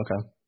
Okay